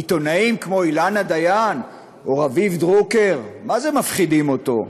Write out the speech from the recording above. עיתונאים כמו אילנה דיין או רביב דרוקר מה-זה מפחידים אותו.